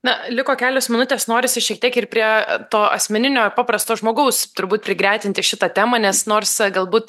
na liko kelios minutės norisi šiek tiek ir prie to asmeninio paprasto žmogaus turbūt prigretinti šitą temą nes nors galbūt